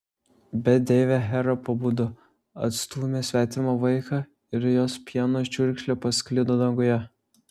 bet deivė hera pabudo atstūmė svetimą vaiką ir jos pieno čiurkšlė pasklido danguje